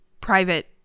private